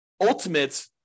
ultimate